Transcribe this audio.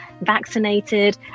vaccinated